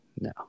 no